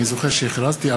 אני זוכר שהכרזתי,